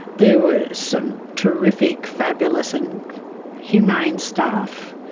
there were some terrific, fabulous and humane staff,